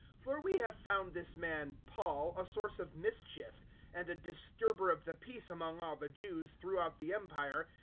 for we have found this man paul a source of mischief and a disturber of the peace among all the jews throughout the empire,